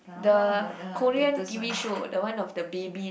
the Korean t_v show the one of the babies